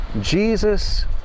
Jesus